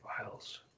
files